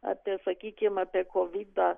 apie sakykim apie kovidą